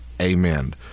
Amen